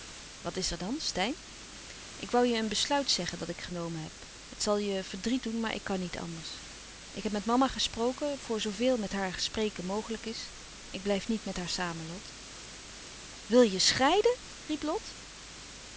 wat is er dan steyn ik woû je een besluit zeggen dat ik genomen heb het zal je verdriet doen maar ik kan niet anders ik heb met mama gesproken voor zooveel met haar spreken mogelijk is ik blijf niet met haar samen lot wil je scheiden riep lot